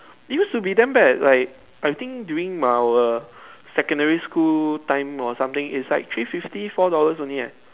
used to be damn bad like I think during our secondary school time or some thing is like three fifty four dollars only ah